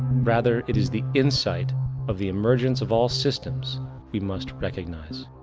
rather it is the insight of the emergence of all systems we must recognize.